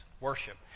worship